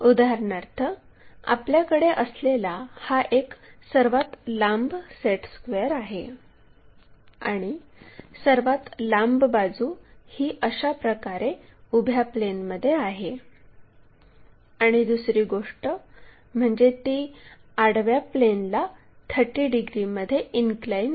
उदाहरणार्थ आपल्याकडे असलेला हा एक सर्वात लांब सेट स्क्वेअर आहे आणि सर्वात लांब बाजू ही अशा प्रकारे उभ्या प्लेनमध्ये आहे आणि दुसरी गोष्ट म्हणजे ती आडव्या प्लेनला 30 डिग्रीमध्ये इनक्लाइन आहे